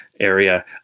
Area